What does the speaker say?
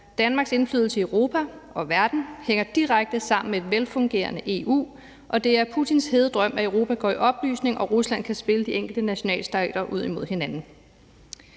Danmarks indflydelse i Europa og verden hænger direkte sammen med et velfungerende EU, og det er Putins hede drøm, at Europa går i opløsning og Rusland kan spille de enkelte nationalstater ud imod hinanden.